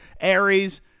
Aries